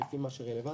לפי מה שרלוונטי,